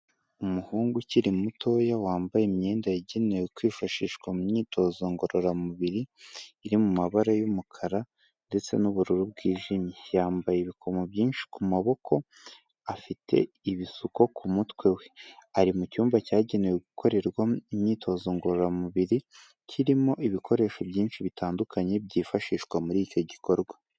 Umuhungu ukiri mutoya wambaye imyenda yagenewe kwifashishwa mu myitozo ngororamubiri, iri mu mabara y'umukara ndetse n'ubururu bwijimye, yambaye ibikomo byinshi ku maboko, afite ibisuko ku mutwe we, ari mu cyumba cyagenewe gukorerwamo imyitozo ngororamubiri kirimo ibikoresho byinshi bitandukanye byifashishwa muri icyo gikorwa.